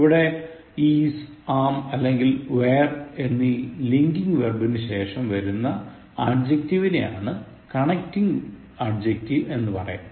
ഇവിടെ is am അല്ലെങ്കിൽ were എന്നീ linking verbs നു ശേഷം വരുന്ന adjectiveനെയാണ് connecting adjective എന്ന് പറയുന്നത്